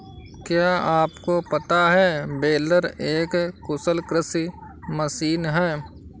क्या आपको पता है बेलर एक कुशल कृषि मशीन है?